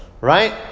right